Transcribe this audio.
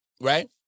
Right